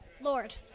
Lord